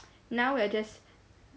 now we are just